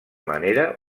manera